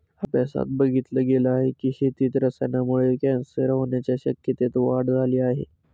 अभ्यासात बघितल गेल आहे की, शेतीत रसायनांमुळे कॅन्सर होण्याच्या शक्यतेत वाढ झाली आहे